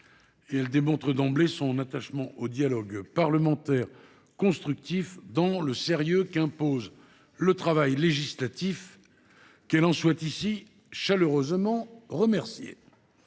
et elle démontre d’emblée son attachement au dialogue parlementaire constructif dans le sérieux qu’impose le travail législatif. Qu’elle en soit ici chaleureusement remerciée.